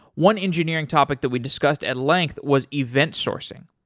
one engineering topic that we discussed at length was event sourcing.